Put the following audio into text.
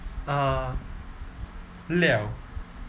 uh liao